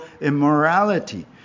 immorality